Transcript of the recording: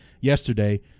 yesterday